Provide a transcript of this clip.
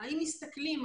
האם מסתכלים,